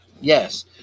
yes